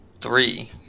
three